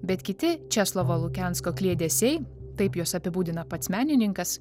bet kiti česlovo lukensko kliedesiai taip juos apibūdina pats menininkas